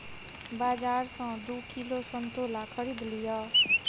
बाजार सॅ दू किलो संतोला खरीद लिअ